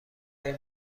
این